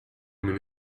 mean